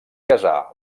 casar